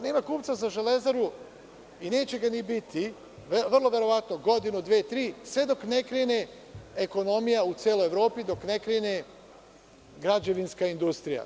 Nema kupca za „Železaru“ i neće ga ni biti, vrlo verovatno godinu, dve ili tri, sve dok ne krene ekonomija u celoj Evropi, dok ne krene građevinska industrija.